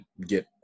get